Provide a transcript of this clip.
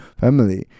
family